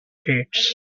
pits